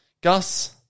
Gus